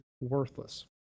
worthless